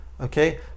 Okay